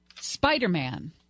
Spider-Man